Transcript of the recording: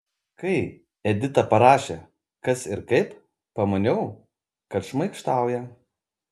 kai edita parašė kas ir kaip pamaniau kad šmaikštauja